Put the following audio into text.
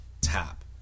tap